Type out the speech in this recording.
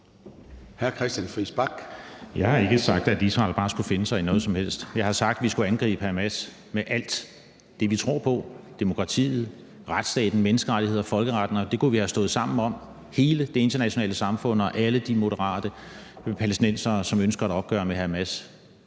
Jeg har ikke sagt, at Israel bare skulle finde sig i noget som helst. Jeg har sagt, at vi skulle angribe Hamas med alt det, vi tror på – demokratiet, retsstaten, menneskerettigheder og folkeretten – og det kunne vi have stået sammen om i hele det internationale samfund og med alle de moderate palæstinensere, som ønsker et opgør med Hamas.